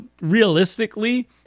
realistically